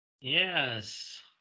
Yes